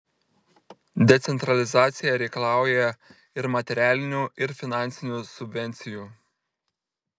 decentralizacija reikalauja ir materialinių ir finansinių subvencijų